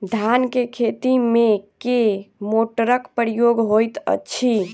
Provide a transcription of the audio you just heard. धान केँ खेती मे केँ मोटरक प्रयोग होइत अछि?